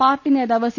party നേതാവ് C